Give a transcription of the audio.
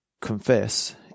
confess